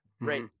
right